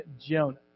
Jonah